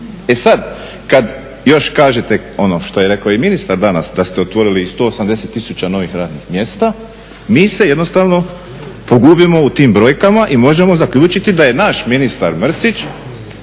E sad, kad još kažete ono što je rekao i ministar danas, da ste otvorili i 180 tisuća novih radnih mjesta, mi se jednostavno pogubimo u tim brojkama i možemo zaključiti da je naš ministar Mrsić